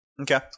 Okay